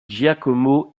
giacomo